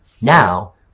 Now